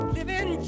Living